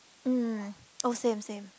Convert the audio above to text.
mm oh same same